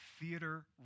theater